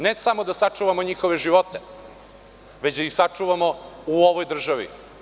Ne samo da sačuvamo njihove živote već da ih sačuvamo u ovoj državi.